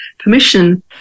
permission